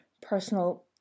personal